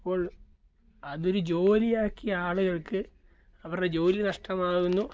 അപ്പോൾ അതൊരു ജോലി ആക്കിയ ആളുകൾക്ക് അവരുടെ ജോലി നഷ്ടമാകുന്നു